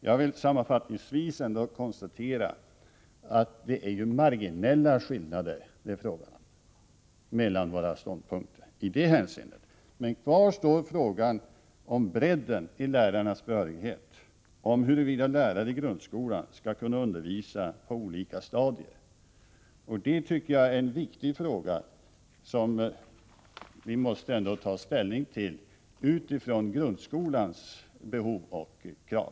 Jag vill sammanfattningsvis ändå konstatera att det är marginella skillnader det är fråga om mellan våra ståndpunkter i detta hänseende. Kvar står emellertid frågan om bredden i lärarnas behörighet, om huruvida lärare i grundskolan skall kunna undervisa på olika stadier. Detta tycker jag är en viktig fråga, som vi måste ta ställning till utifrån grundskolans behov och krav.